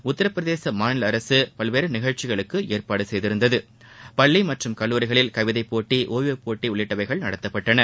உத்தரப்பிரதேச மாநில அரசு பல்வேறு நிகழ்ச்சிகளுக்கு ஏற்பாடு செய்திருந்தது பள்ளி மற்றும் கல்லூரிகளில் கவிதைபோட்டி ஒவிய போட்டி உள்ளிட்டவைகள் நடத்தப்பட்டன